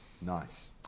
nice